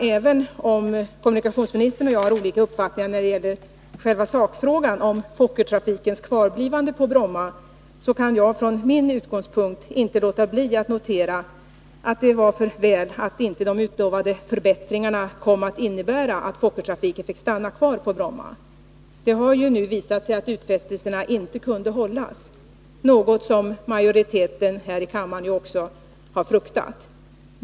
Även om kommunikationsministern och jag har olika uppfattning när det gäller själva sakfrågan — Fokkertrafikens kvarblivande på Bromma-— kan jag från min utgångspunkt inte låta bli att notera att det var för väl att de utlovade förbättringarna inte kom att innebära att Fokkertrafiken fick stanna kvar på Bromma. Det har ju nu visat sig att utfästelserna inte kunde infrias, något som majoriteten här i kammaren också fruktade.